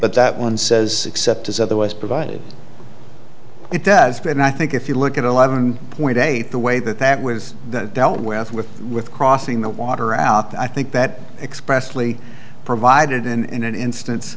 but that one says except as otherwise provided it does but i think if you look at eleven point eight the way that that was dealt with with with crossing the water out i think that expressly provided in an instance